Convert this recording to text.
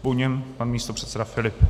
Po něm pan místopředseda Filip.